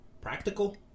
practical